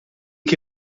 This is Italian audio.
che